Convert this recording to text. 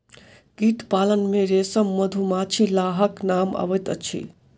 कीट पालन मे रेशम, मधुमाछी, लाहक नाम अबैत अछि